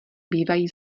bývají